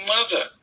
Mother